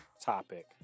topic